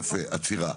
יפה, עצירה.